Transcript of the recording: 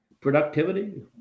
productivity